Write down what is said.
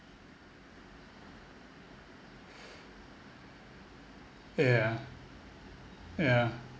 yeah yeah